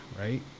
right